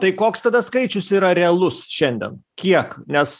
tai koks tada skaičius yra realus šiandien kiek nes